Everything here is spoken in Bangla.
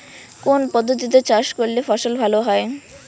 কোন পদ্ধতিতে চাষ করলে ফসল ভালো হয়?